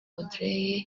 audrey